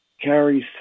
carries